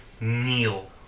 kneel